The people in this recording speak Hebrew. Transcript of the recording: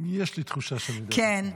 יש לי תחושה שאני יודע, כן.